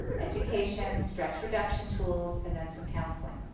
education, stress reduction tools, and then some counseling.